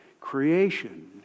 creation